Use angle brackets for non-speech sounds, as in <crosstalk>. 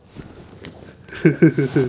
<laughs>